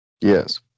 Yes